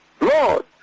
Lord